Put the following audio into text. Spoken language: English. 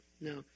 No